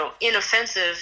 inoffensive